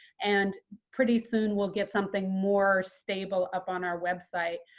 and pretty soon, we'll get something more stable up on our website.